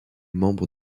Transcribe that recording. membre